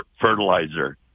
fertilizer